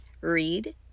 Read